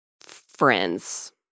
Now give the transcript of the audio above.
friends